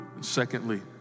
Secondly